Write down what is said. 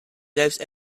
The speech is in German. selbst